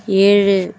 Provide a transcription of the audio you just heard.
ஏழு